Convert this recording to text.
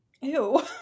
Ew